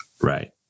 Right